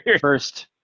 first